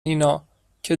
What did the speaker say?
اینا، که